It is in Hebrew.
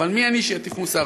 ומי אני שאטיף מוסר.